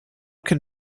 can